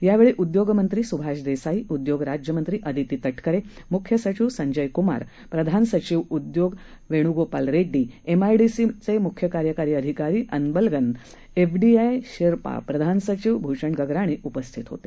यावेळी उद्योगमंत्री सुभाष देसाई उद्योग राज्य मंत्री आदिती तटकरे मुख्य सचिव संजय कुमार प्रधान सचिव उदयोग वेणूगोपाल रेड्डी एमआयडीसी मुख्य कार्यकारी अधिकारी अनबलगन एफडीआय शेर्पा प्रधान सचिव भूषण गगराणी उपस्थित होते